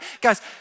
Guys